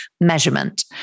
measurement